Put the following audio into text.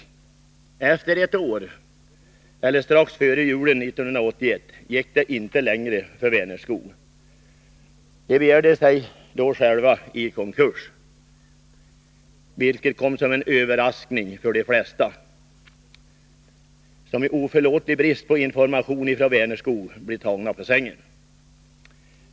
Efter ett år — eller strax före julen 1981 — gick det inte längre för Vänerskog. Företaget begärde då sig självt i konkurs, vilket kom som en överraskning för de flesta, som i oförlåtlig brist på information från Vänerskog blev tagna på sängen.